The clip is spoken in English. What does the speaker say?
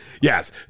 Yes